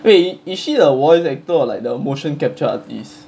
wait is she a voice actor or like the motion capture artist